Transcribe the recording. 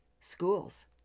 schools